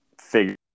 figure